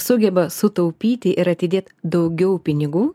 sugeba sutaupyti ir atidėt daugiau pinigų